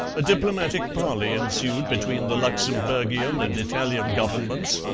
a diplomatic parley ensued between the luxemburgian and italian governments,